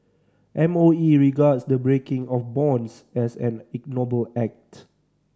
M O E regards the breaking of bonds as an ignoble act